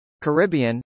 Caribbean